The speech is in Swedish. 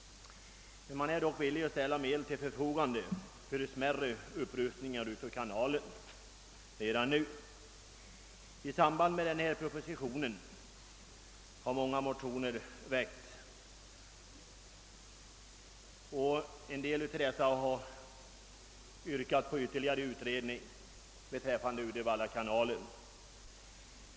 Man är dock villig ställa medel till förfogande för smärre upprustningar av kanalen redan nu. I samband med denna proposition har många motioner väckts, och i en del av dessa har yrkats på ytterligare utredning beträffande Uddevallakanalen.